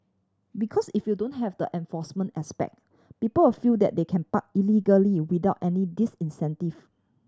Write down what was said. because if you don't have the enforcement aspect people will feel that they can park illegally without any disincentive